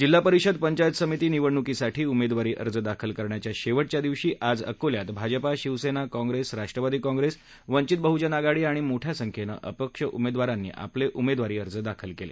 जिल्हा परिषद पंचायत समिती निवडणुकीसाठी उमेदवारी अर्ज दाखल करण्याच्या शेवटच्या दिवशी आज अकोल्यात भाजपा शिवसेना काँग्रेस राष्ट्रवादी काँग्रेस वंचित बहजन आघाडी आणि मोठ्या संख्येनं अपक्ष उमेदवारांनी आपले उमेदवारी अर्ज दाखल केले